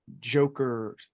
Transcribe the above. Joker